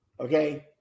Okay